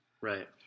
Right